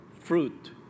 fruit